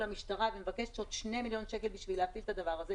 המשטרה ומבקשת עוד 2 מיליון שקל בשביל להפעיל את הדבר הזה